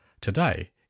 Today